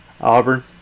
Auburn